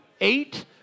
eight